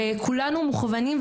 וכולנו מכוונים,